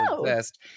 exist